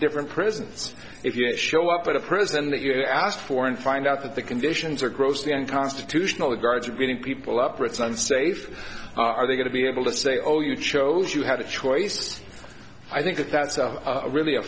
different prisons if you show up at a prison that you ask for and find out that the conditions are grossly unconstitutional the guards are beating people up or it's unsafe are they going to be able to say oh you chose you had a choice i think that's really a